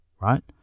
right